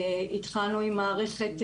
התחלנו עם מערכת,